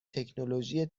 تکنولوژی